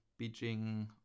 beijing